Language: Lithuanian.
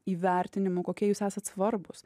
įvertinimu kokie jūs esat svarbūs